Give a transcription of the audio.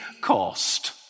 cost